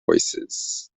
voices